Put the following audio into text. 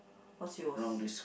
what's yours